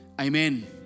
Amen